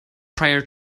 prior